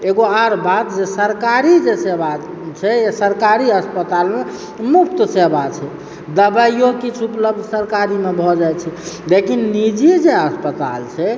एगो आर बात जे सरकारी जे सेवा छै सरकारी अस्पतालमे मुफ्त सेवा छै दबाइयो किछु उपलब्ध सरकारीमे भऽ जाइ छै लेकिन निजी जे अस्पताल छै